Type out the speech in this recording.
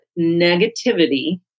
negativity